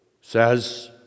says